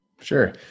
Sure